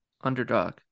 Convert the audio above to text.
underdog